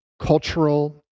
cultural